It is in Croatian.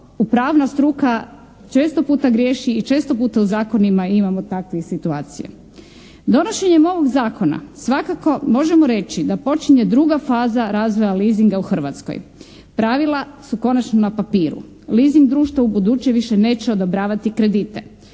pravna struka često puta griješi i često puta u zakonima imamo takvih situacija. Donošenjem ovog zakona svakako možemo reći da počinje druga faza razvoja leasinga u Hrvatskoj. Pravila su konačno na papiru. Leasing društva u buduće više neće odobravati kredite.